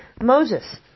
Moses